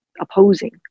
opposing